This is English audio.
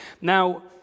Now